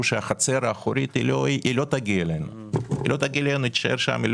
שהחצר האחורית לא תגיע אלינו אלא תישאר שם.